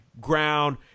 ground